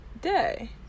day